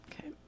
Okay